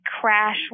crash